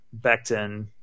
Becton